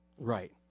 Right